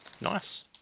Nice